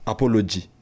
Apology